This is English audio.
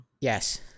yes